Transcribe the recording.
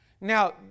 Now